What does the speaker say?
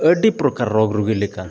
ᱟᱹᱰᱤ ᱯᱨᱚᱠᱟᱨ ᱨᱳᱜᱽ ᱨᱩᱜᱤ ᱞᱮᱠᱟ